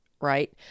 right